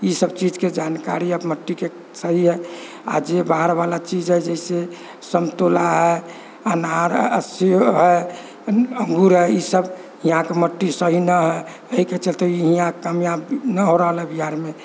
इसभ चीजके जानकारी अब मट्टीके सही है आ जे बाहर वाला चीज है जइसे संतोला है अनार है सेब है अंगूर है इसभ यहाँके मट्टी सही न है एहिके चलते ई यहाँ कामयाब न हो रहल है बिहारमे